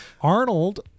Arnold